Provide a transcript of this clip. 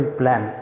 plan